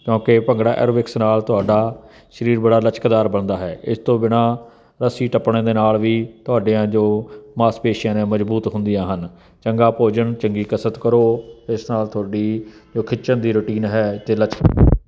ਕਿਉਂਕਿ ਭੰਗੜਾ ਐਰੋਬਿਕਸ ਨਾਲ ਤੁਹਾਡਾ ਸਰੀਰ ਬੜਾ ਲਚਕਦਾਰ ਬਣਦਾ ਹੈ ਇਸ ਤੋਂ ਬਿਨਾਂ ਰੱਸੀ ਟੱਪਣੇ ਦੇ ਨਾਲ ਵੀ ਤੁਹਾਡੀਆਂ ਜੋ ਮਾਸਪੇਸ਼ੀਆਂ ਨੇ ਮਜ਼ਬੂਤ ਹੁੰਦੀਆਂ ਹਨ ਚੰਗਾ ਭੋਜਨ ਚੰਗੀ ਕਸਰਤ ਕਰੋ ਇਸ ਨਾਲ ਤੁਹਾਡੀ ਜੋ ਖਿੱਚਣ ਦੀ ਰੂਟੀਨ ਹੈ ਅਤੇ ਲਚਕਤਾ